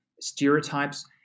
stereotypes